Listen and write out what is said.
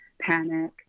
panic